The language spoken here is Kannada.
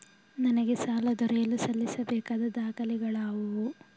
ನನಗೆ ಸಾಲ ದೊರೆಯಲು ಸಲ್ಲಿಸಬೇಕಾದ ದಾಖಲೆಗಳಾವವು?